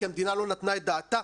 כי המדינה לא נתנה את דעתה?